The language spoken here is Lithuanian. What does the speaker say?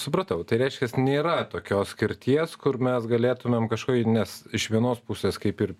supratau tai reiškias nėra tokios skirties kur mes galėtumėm kažkokį nes iš vienos pusės kaip ir